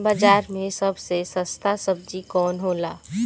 बाजार मे सबसे सस्ता सबजी कौन होला?